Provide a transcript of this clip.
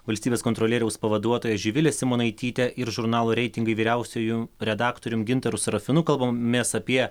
valstybės kontrolieriaus pavaduotoja živile simonaityte ir žurnalo reitingai vyriausiuoju redaktorium gintaru serafinu kalbamės apie